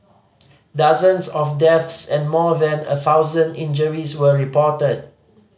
dozens of deaths and more than a thousand injuries were reported